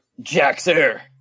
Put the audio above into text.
Jaxer